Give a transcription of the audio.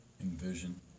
envision